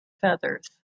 feathers